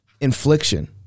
infliction